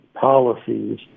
policies